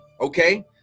Okay